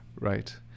Right